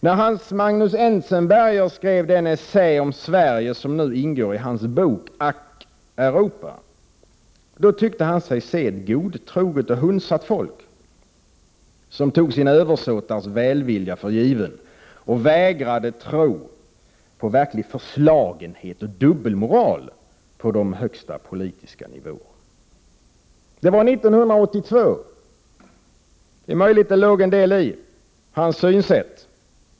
När Hans Magnus Enzensberger skrev den essä om Sverige som nu ingår i hans bok ”Ack Europa” tyckte han sig se ett godtroget och hunsat folk, som tog sina översåtars välvilja för given och vägrade tro på verklig förslagenhet och dubbelmoral på de högsta politiska nivåerna. Det var 1982. Det är möjligt att det låg en del i hans synsätt.